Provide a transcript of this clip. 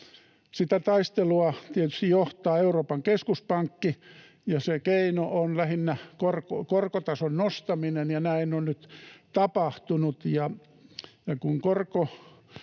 Sitä taistelua tietysti johtaa Euroopan keskuspankki, ja se keino on lähinnä korkotason nostaminen, ja näin on nyt tapahtunut.